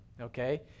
okay